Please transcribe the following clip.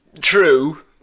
True